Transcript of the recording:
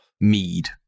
Mead